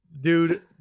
Dude